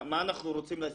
מה אנחנו רוצים להשיג?